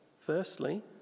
firstly